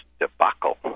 debacle